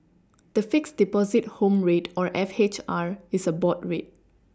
the fixed Deposit home rate or F H R is a board rate